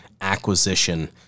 acquisition